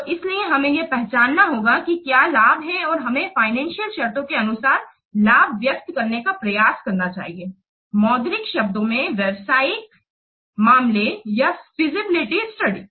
तो इसीलिए हमें यह पहचानना होगा कि क्या लाभ हैं और हमें फाइनेंसियल शर्तों के अनुसार लाभ व्यक्त करने का प्रयास करना चाहिए मौद्रिक शब्दों में व्यावसायिक मामले या फीजिबिलिटी स्टडी